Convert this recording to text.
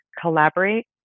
collaborate